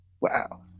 wow